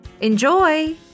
enjoy